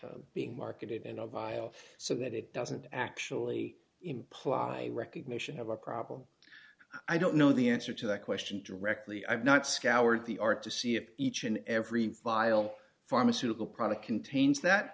else being marketed in a vial so that it doesn't actually imply a recognition of a problem i don't know the answer to that question directly i've not scoured the art to see if each and every file pharmaceutical product contains that